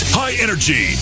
high-energy